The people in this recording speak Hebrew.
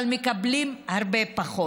אבל מקבלים הרבה פחות.